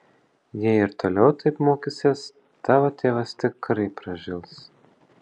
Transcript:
jei ir toliau taip mokysies tavo tėvas tikrai pražils